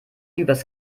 übers